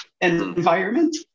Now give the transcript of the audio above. environment